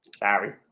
Sorry